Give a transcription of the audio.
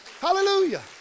Hallelujah